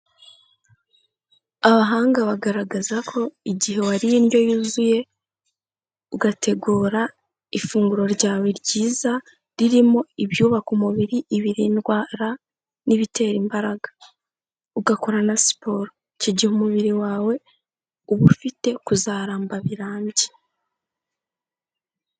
Abahanga bagaragaza ko igihe wariye indyo yuzuye, ugategura ifunguro ryawe ryiza ririmo ibyubaka umubiri, ibirinda indwara n'ibitera imbaraga, ugakora na siporo icyo gihe umubiri wawe uba ufite kuzaramba birambye.